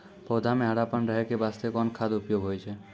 पौधा म हरापन रहै के बास्ते कोन खाद के उपयोग होय छै?